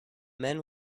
men